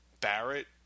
Barrett